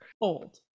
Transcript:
Old